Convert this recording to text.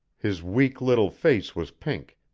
his weak little face was pink,